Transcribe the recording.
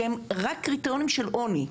שהם רק קריטריונים של עוני.